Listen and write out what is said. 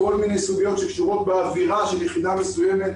כל מיני סוגיות שקשורות באווירה של יחידה מסוימת,